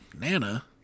Nana